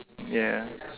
ya